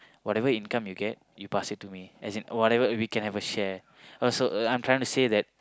whatever income you get you pass it to me as in whatever we can have a share uh so I'm trying to say that